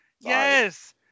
Yes